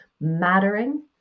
mattering